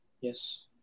Yes